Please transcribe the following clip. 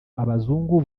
abazungu